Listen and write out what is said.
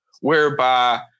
whereby